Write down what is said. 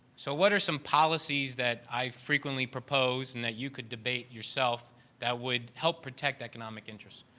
so, what are some policies that i frequently propose and that you could debate yourself that would help protect economic interest?